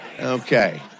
Okay